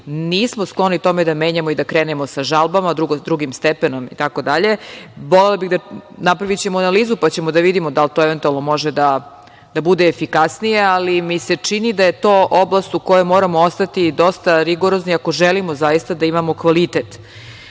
nismo skloni tome da menjamo i da krenemo sa žalbama drugim stepenom itd. Volela bih, napravićemo analizu pa ćemo da vidimo da li to eventualno može da bude efikasnije, ali mi se čini da je to oblast u kojoj moramo ostati dosta rigorozni kako želimo zaista da imamo kvalitet. Što